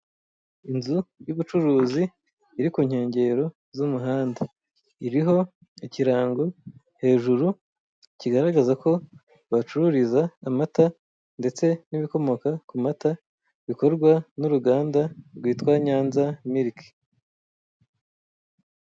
Inzu y'ubucuruzi iri ku nkengero z'umuhanda iriho ikirango hejuru kigaragaza ko bahacururiza amata ndetse n'ibikomoka ku mata bikorwa n'uruganda rwitwa nyanza mirike.